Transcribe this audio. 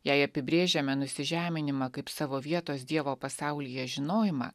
jei apibrėžiame nusižeminimą kaip savo vietos dievo pasaulyje žinojimą